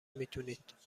میتونید